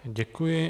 Děkuji.